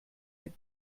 mit